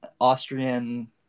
Austrian